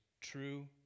true